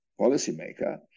policymaker